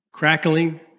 Crackling